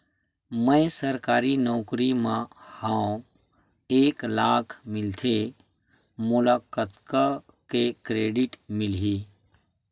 मैं सरकारी नौकरी मा हाव एक लाख मिलथे मोला कतका के क्रेडिट मिलही?